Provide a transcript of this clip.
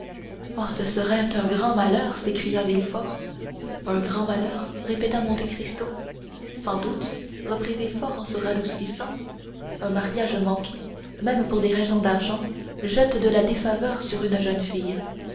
oh ce serait un grand malheur s'écria villefort un grand malheur répéta monte cristo sans doute reprit villefort en se radoucissant un mariage manqué même pour des raisons d'argent jette de la défaveur sur une jeune fille